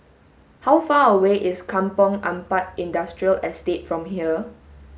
how far away is Kampong Ampat Industrial Estate from here